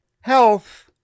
Health